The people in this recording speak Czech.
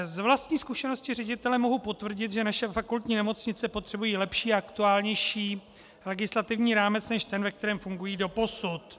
Z vlastní zkušenosti ředitele mohu potvrdit, že naše fakultní nemocnice potřebují lepší a aktuálnější legislativní rámec než ten, ve kterém fungují doposud.